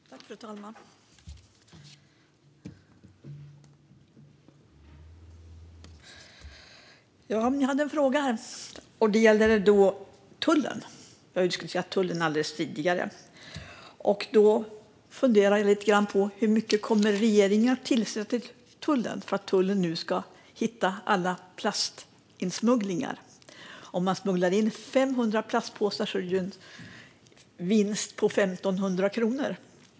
Fru talman! Jag har en fråga som gäller tullen. Vi diskuterade ju tullen tidigare här. Jag funderar lite grann på hur mycket regeringen kommer att skjuta till för att tullen ska kunna hitta alla plastinsmugglingar. Om man smugglar in 500 plastpåsar ger det en vinst på 1 500 kronor.